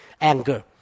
Anger